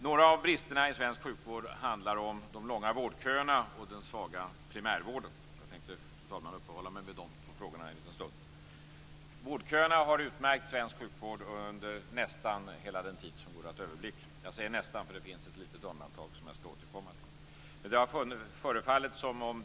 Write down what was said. Några av bristerna i svensk sjukvård handlar om de långa vårdköerna och den svaga primärvården. Jag tänkte, fru talman, uppehålla mig vid dessa två frågor en stund. Vårdköerna har utmärkt svensk sjukvård under nästan hela den tid som går att överblicka - jag säger nästan för det finns ett litet undantag som jag skall återkomma till.